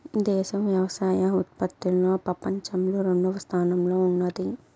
దేశం వ్యవసాయ ఉత్పత్తిలో పపంచంలో రెండవ స్థానంలో ఉన్నాది